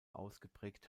ausgeprägt